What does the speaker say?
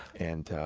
and